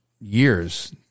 years